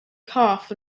cough